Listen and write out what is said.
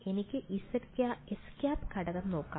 നമുക്ക് xˆ ഘടകം നോക്കാം